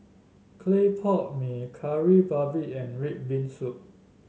Clay Pot Mee Kari Babi and red bean soup